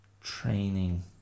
training